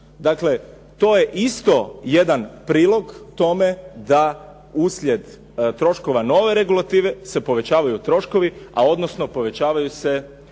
Dakle, to je isto jedan prilog tome da uslijed troškova nove regulative se povećavaju troškovi a odnosno povećavaju se